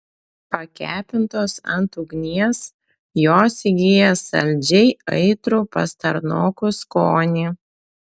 pakepintos ant ugnies jos įgyja saldžiai aitrų pastarnokų skonį